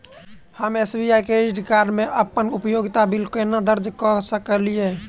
हम SBI credit card मे अप्पन उपयोगिता बिल केना दर्ज करऽ सकलिये?